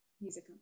Music